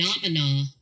phenomena